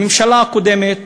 הממשלה הקודמת